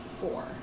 four